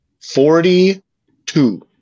Forty-two